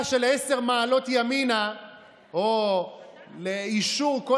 הממשלה של עשר מעלות ימינה או של אישור כל